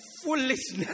foolishness